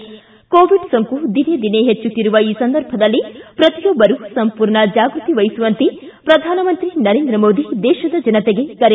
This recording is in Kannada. ಿ ಕೋವಿಡ್ ಸೋಂಕು ದಿನೇ ದಿನೇ ಹೆಚ್ಚುತ್ತಿರುವ ಈ ಸಂದರ್ಭದಲ್ಲಿ ಪ್ರತಿಯೊಬ್ಬರು ಸಂಪೂರ್ಣ ಜಾಗೃತೆವಹಿಸುವಂತೆ ಪ್ರಧಾನಮಂತ್ರಿ ನರೇಂದ್ರ ಮೋದಿ ದೇಶದ ಜನತೆಗೆ ಕರೆ